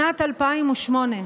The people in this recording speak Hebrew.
שנת 2008,